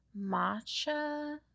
matcha